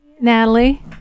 natalie